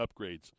upgrades